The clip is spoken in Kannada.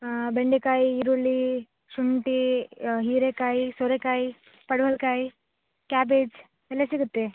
ಹಾಂ ಬೆಂಡೆಕಾಯಿ ಈರುಳ್ಳಿ ಶುಂಠಿ ಹೀರೆಕಾಯಿ ಸೋರೆಕಾಯಿ ಪಡವಲಕಾಯಿ ಕ್ಯಾಬೇಜ್ ಎಲ್ಲ ಸಿಗುತ್ತೆ